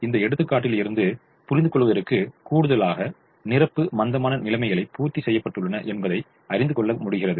இந்த எடுத்துக்காட்டில் இருந்து புரிந்துகொள்வதற்கு கூடுதலாக நிரப்பு மந்தமான நிலைமைகள் பூர்த்தி செய்யப்பட்டுள்ளன என்பதை அறிந்துகொள்ள முடிகிறது